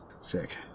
Sick